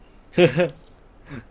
呵呵